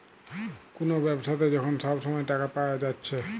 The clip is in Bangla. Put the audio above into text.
কুনো ব্যাবসাতে যখন সব সময় টাকা পায়া যাচ্ছে